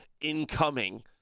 incoming